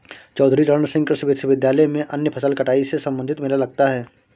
चौधरी चरण सिंह कृषि विश्वविद्यालय में अन्य फसल कटाई से संबंधित मेला लगता है